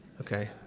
Okay